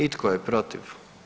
I tko je protiv?